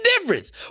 difference